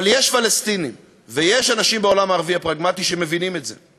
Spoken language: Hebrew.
אבל יש פלסטינים ויש אנשים בעולם הערבי הפרגמטי שמבינים את זה,